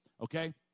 okay